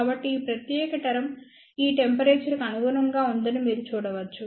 కాబట్టి ఈ ప్రత్యేక టర్మ్ ఈ టెంపరేచర్ కు అనుగుణంగా ఉందని మీరు చూడవచ్చు